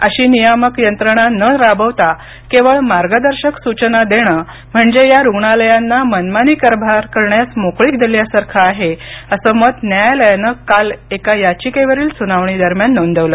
अशी नियामक यंत्रणा न राबवता केवळ मार्गदर्शक सूचना देणं म्हणजे या रुग्णालयांना मनमानी कारभार करण्यास मोकळीक दिल्यासारखं आहे असं मत न्यायालयानं काल एका याचिकेवरील सुनावणीदरम्यान नोंदवलं